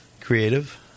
creative